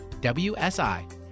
WSI